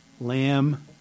Lamb